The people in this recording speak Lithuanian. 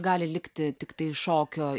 gali likti tiktai šokio